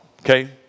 okay